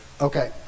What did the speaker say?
Okay